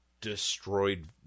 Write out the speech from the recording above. destroyed